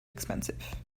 expensive